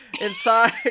inside